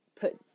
put